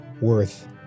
worth